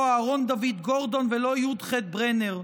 לא א"ד גורדון ולא י"ח ברנר.